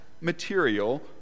material